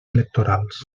electorals